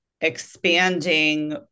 expanding